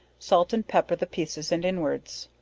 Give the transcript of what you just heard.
salt and pepper the pieces and inwards.